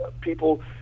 people